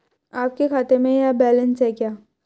आपके खाते में यह बैलेंस है क्या?